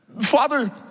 Father